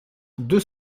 deux